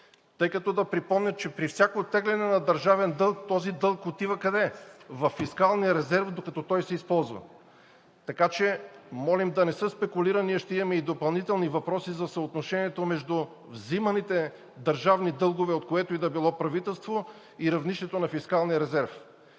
тъй като да припомня, че при всяко теглене на държавен дълг, този дълг отива във фискалния резерв, докато той се използва. Така че молим да не се спекулира. Ние ще имаме и допълнителни въпроси за съотношението между взиманите държавни дългове от което и да било правителство и равнището на фискалния резерв.